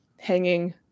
hanging